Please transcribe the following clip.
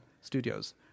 Studios